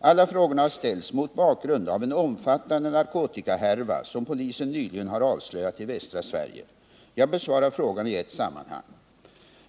Alla frågorna har ställts mot bakgrund av en omfattande narkotikahärva som polisen nyligen har avslöjat i västra Sverige. Jag besvarar frågorna i ett sammanhang.